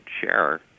share